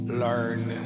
learn